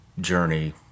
journey